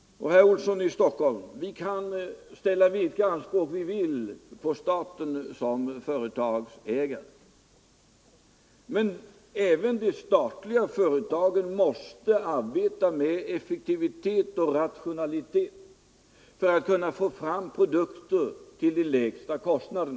Och, herr Olsson i Stockholm, vi kan ställa vilka anspråk vi vill på staten som företagsägare, men även statliga företag måste arbeta effektivt och rationellt för att framställa produkterna till lägsta kostnader.